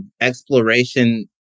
exploration